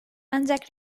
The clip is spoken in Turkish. ancak